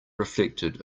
reflected